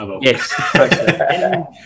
Yes